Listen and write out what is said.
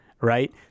Right